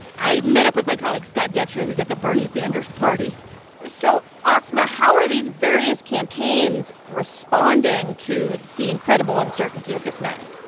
i met up with my colleague scott detrow, who's at the bernie sanders party so, asma, how are these various campaigns responding to the incredible uncertainty of this night?